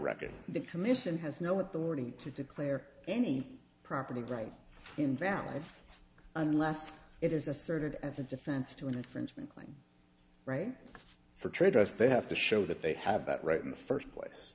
record the commission has no at the ready to declare any property right invalid unless it is asserted as a defense to an infringement claim right for traders they have to show that they have that right in the first place